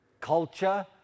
culture